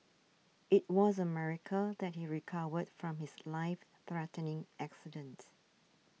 it was a miracle that he recovered from his life threatening accidents